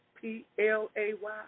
P-L-A-Y